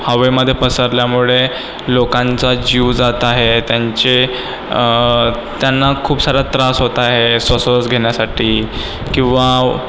हवेमध्ये पसरल्यामुळे लोकांचा जीव जात आहे त्यांचे त्यांना खूप सारा त्रास होत आहे सोसोस घेण्यासाठी किंवा